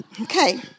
Okay